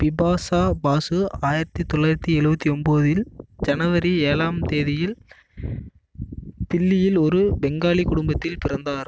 பிபாஷா பாசு ஆயிரத்தி தொள்ளாயிரத்தி எழுவத்தி ஒம்போதில் ஜனவரி ஏழாம் தேதியில் தில்லியில் ஒரு பெங்காலி குடும்பத்தில் பிறந்தார்